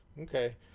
Okay